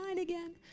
again